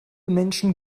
menschen